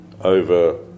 over